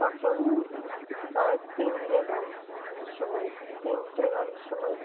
ᱛᱚᱠᱷᱚᱱ ᱯᱨᱟᱭ ᱛᱤᱱ ᱴᱮ ᱜᱟᱱ ᱥᱚᱢᱚᱭ ᱛᱤᱱ ᱴᱮ ᱜᱟᱱ ᱥᱚᱢᱚᱭ